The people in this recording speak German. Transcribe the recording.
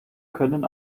können